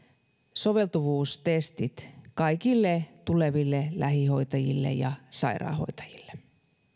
soveltuvuustestit kaikille tuleville lähihoitajille ja sairaanhoitajille